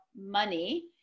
money